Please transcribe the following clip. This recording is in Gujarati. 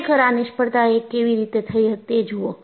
ખરેખર આ નિષ્ફળતા એ કેવી રીતે થઈ તે જુઓ